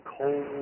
cold